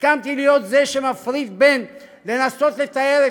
הסכמתי להיות זה שמפריד בין לנסות לתאר את